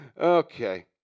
Okay